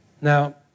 Now